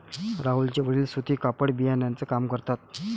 राहुलचे वडील सूती कापड बिनण्याचा काम करतात